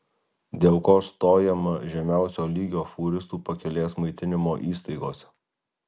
dėl ko stojama žemiausio lygio fūristų pakelės maitinimo įstaigose